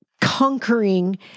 conquering